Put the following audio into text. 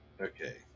Okay